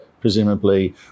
presumably